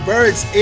Bird's